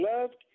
loved